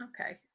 Okay